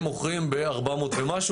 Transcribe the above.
הם מוכרים ב-400 ומשהו.